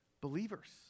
Believers